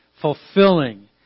fulfilling